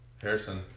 Harrison